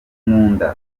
nkunda